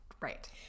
Right